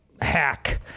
hack